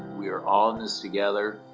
we are all in this together.